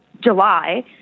July